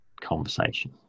conversation